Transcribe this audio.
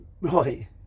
Right